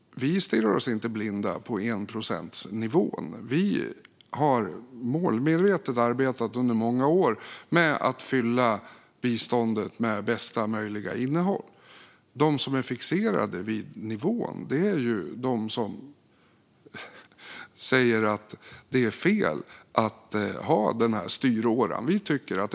Vi stirrar oss inte blinda på enprocentsnivån. Vi har arbetat målmedvetet under många år med att fylla biståndet med bästa möjliga innehåll. De som är fixerade vid nivån är ju de som säger att det är fel att ha den här styråran.